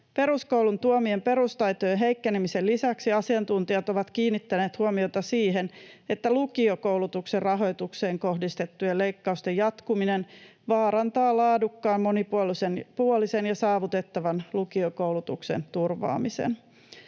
Peruskoulun tuomien perustaitojen heikkenemisen lisäksi asiantuntijat ovat kiinnittäneet huomiota siihen, että lukiokoulutuksen rahoitukseen kohdistettujen leikkausten jatkuminen vaarantaa laadukkaan, monipuolisen ja saavutettavan lukiokoulutuksen turvaamisen.